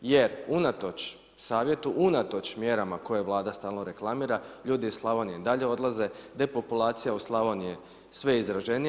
Jer unatoč savjetu unatoč mjerama koje vlada stalno reklamira, ljudi iz Slavonije i dalje odlaze, depopulacija u Slavoniji je sve izraženija.